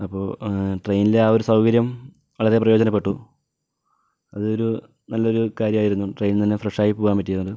അപ്പോൾ ട്രെയിനിലെ ആ ഒരു സൗകര്യം വളരെ പ്രയോജനപ്പെട്ടു അതൊരു നല്ലൊരു കാര്യമായിരുന്നു ട്രെയിനിൽ നിന്ന് ഫ്രഷ് ആയി പോകാൻ പറ്റിയത്